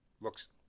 looks